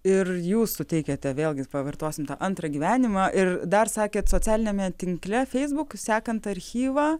ir jūs suteikiate vėlgi pavartosim tą antrą gyvenimą ir dar sakėt socialiniame tinkle facebook sekant archyvą